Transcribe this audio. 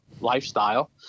lifestyle